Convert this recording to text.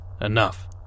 enough